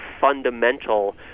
fundamental